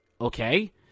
Okay